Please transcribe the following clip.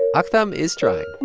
aktham is trying. and